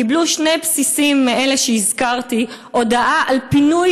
קיבלו שני בסיסים מאלה שהזכרתי הודעה על פינוי